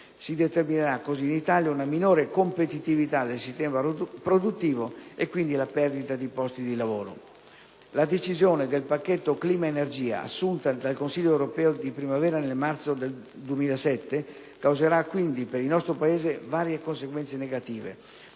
Si determinerà così in Italia una minore competitività del sistema produttivo e quindi la perdita di posti di lavoro. La decisione del pacchetto clima-energia assunta dal Consiglio europeo di primavera, nel marzo 2007, causerà quindi per il nostro Paese varie conseguenze negative,